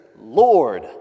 Lord